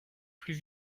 plus